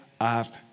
up